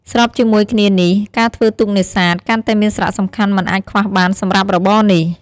ស្របជាមួយគ្នានេះ ការធ្វើទូកនេសាទ កាន់តែមានសារៈសំខាន់មិនអាចខ្វះបានសម្រាប់របរនេះ។